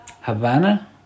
Havana